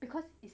because it's